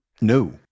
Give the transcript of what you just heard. no